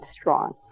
strong